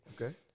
Okay